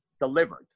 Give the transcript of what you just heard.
Delivered